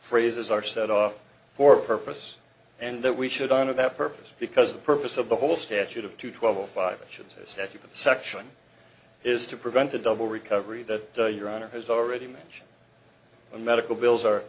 phrases are set off for a purpose and that we should honor that purpose because the purpose of the whole statute of two twelve five actions second section is to prevent a double recovery that your honor has already mentioned a medical bills are